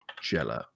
Jell-O